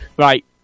Right